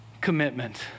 commitment